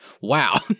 wow